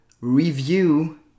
review